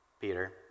Peter